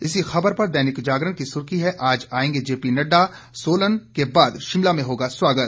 इसी खबर पर दैनिक जागरण की सुर्खी है आज आएंगे जेपी नडडा सोलन के बाद शिमला में होगा स्वागत